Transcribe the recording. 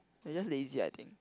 I just lazy I think